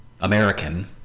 American